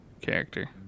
character